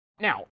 Now